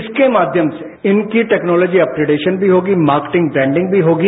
इसके माध्यम से इनकी टैक्नोलॉजी अपग्रेडेशन भी होगी मार्केटिंग ब्रैन्डिंग भी होगी